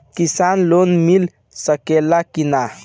किसान लोन मिल सकेला कि न?